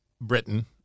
Britain